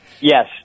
Yes